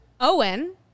Owen